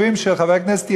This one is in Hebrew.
רוויזיה.